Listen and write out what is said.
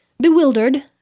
bewildered